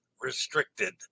restricted